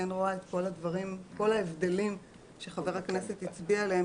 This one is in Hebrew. אני כן רואה את כל ההבדלים שחבר הכנסת הצביעה עליהם